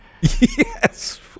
Yes